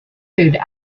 food